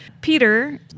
Peter